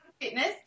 Fitness